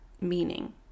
meaning